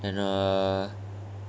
and err